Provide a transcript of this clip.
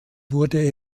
wurde